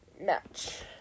match